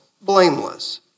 blameless